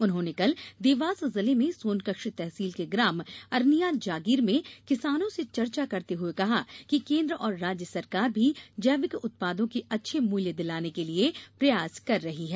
उन्होंने कल देवास जिले में सोनकच्छ तहसील के ग्राम अरनिया जागीर में किसानों से चर्चा करते हुए कहा कि केंद्र और राज्य सरकार भी जैविक उत्पादों के अच्छे मूल्य दिलाने के लिए प्रयास कर रही है